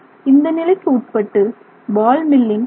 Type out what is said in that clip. இந்த நிலைக்கு உட்பட்டு பால் மில்லின் ஆர்